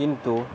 কিন্তু